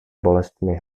bolestmi